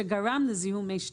שגרם לזיהום מי השתייה.